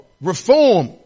reform